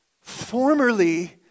formerly